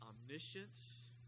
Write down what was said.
omniscience